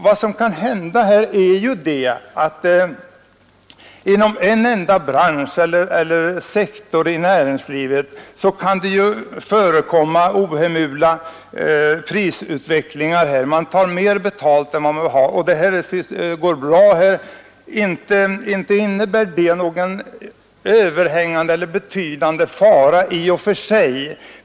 Vad som kan hända är att det inom en enda bransch eller sektor av näringslivet förekommer ohemula prisutvecklingar, dvs. man tar mer betalt än man borde göra. Det innebär inte i och för sig någon överhängande eller betydande fara.